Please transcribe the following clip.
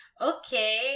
okay